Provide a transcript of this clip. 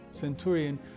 centurion